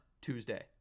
Tuesday